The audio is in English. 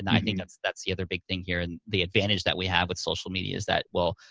and i think that's that's the other big thing here, and the advantage that we have with social media is that, well,